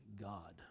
God